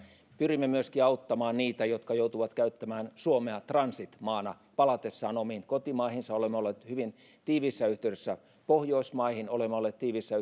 pyrimme myöskin auttamaan niitä jotka joutuvat käyttämään suomea transitmaana palatessaan omiin kotimaihinsa olemme olleet hyvin tiiviissä yhteydessä pohjoismaihin olemme olleet tiiviissä